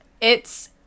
it's-